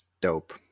Dope